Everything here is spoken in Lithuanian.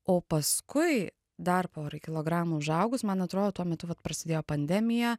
o paskui dar porai kilogramų užaugus man atrodo tuo metu vat prasidėjo pandemija